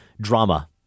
drama